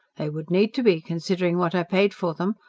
they would need to be, considering what i paid for them.